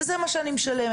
וזה מה שאני משלמת.